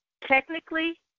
technically